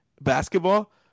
basketball